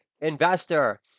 investor